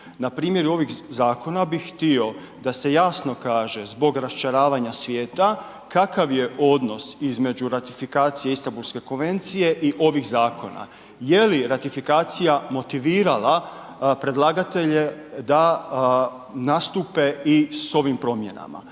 Na primjeru ovih zakona bih htio da se jasno kaže zbor raščaravanja svijeta kakav je odnos između ratifikacije Istanbulske konvencije i ovih zakona. Je li ratifikacija motivirala predlagatelja da nastupe i s ovim promjenama?